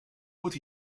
goed